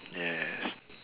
yes